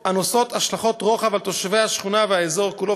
הנושאות השלכות רוחב על תושבי השכונה והאזור כולו,